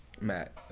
matt